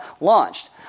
launched